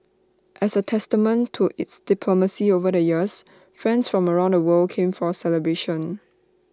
as A testament to its diplomacy over the years friends from around the world came for celebrations